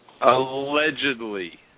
Allegedly